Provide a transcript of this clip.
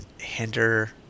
hinder